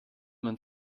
man